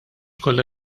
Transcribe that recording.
kollha